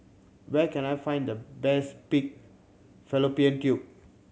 where can I find the best pig fallopian tube